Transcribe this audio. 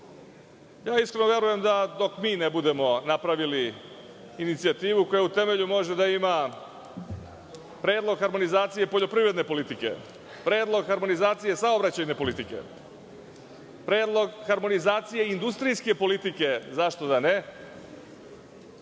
lider. Iskreno verujem da dok mi ne budemo napravili inicijativu koja u temelju može da ima predlog harmonizacije poljoprivredne politike, predlog harmonizacije i saobraćajne politike, predlog harmonizacije i industrijske politike, da će